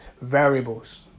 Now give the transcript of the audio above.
variables